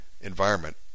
environment